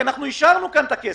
כי אנחנו אישרנו כאן את הכסף,